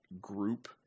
group